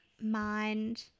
mind